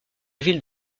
ville